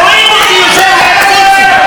רואים אותי יושב ליד א-סיסי.